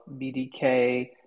BDK